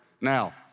Now